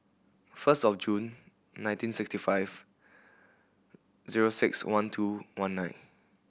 first of June nineteen sixty five zero six one two one nine